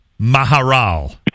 maharal